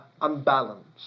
unbalanced